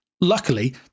Luckily